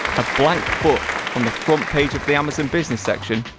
a blank book. on the front page of the amazon business section.